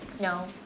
No